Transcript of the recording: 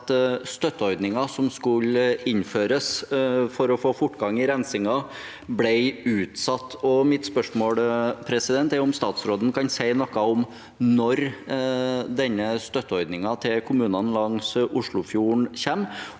at støtteordningen som skulle innføres for å få fortgang i rensingen, ble utsatt. Mitt spørsmål er om statsråden kan si noe om når denne støtteordningen til kommunene langs Oslofjorden kommer,